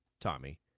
Tommy